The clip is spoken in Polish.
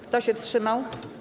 Kto się wstrzymał?